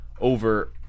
over